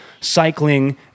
cycling